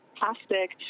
Plastic